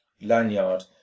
lanyard